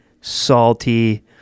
salty